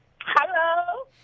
Hello